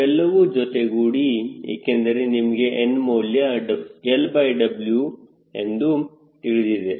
ಇವೆಲ್ಲವೂ ಜೊತೆಗೂಡಿ ಏಕೆಂದರೆ ನಿಮಗೆ n ಮೌಲ್ಯ LW ಎಂದು ತಿಳಿದಿದೆ